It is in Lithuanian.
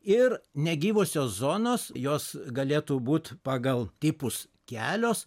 ir negyvosios zonos jos galėtų būt pagal tipus kelios